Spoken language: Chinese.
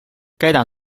该党